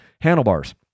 handlebars